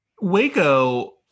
Waco